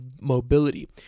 mobility